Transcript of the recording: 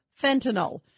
fentanyl